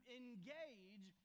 engage